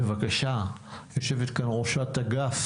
יושבת כאן ראש אגף